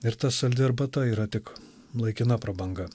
ir ta saldi arbata yra tik laikina prabanga